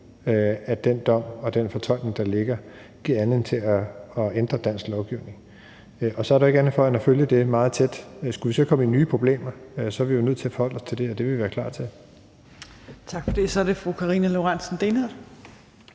at den dom og den fortolkning, der ligger, giver anledning til at ændre dansk lovgivning. Så er der jo ikke andet for end at følge det meget tæt. Skulle vi så komme ud i nye problemer, er vi nødt til at forholde os til det. Det vil vi være klar til. Kl. 15:36 Fjerde næstformand (Trine